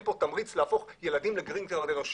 פה תמריץ להפוך ילדים לגרינקארד אנושי.